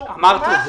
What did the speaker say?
שהוא ממש